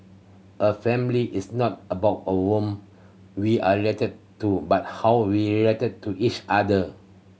a family is not about we are related to but how we relate to each other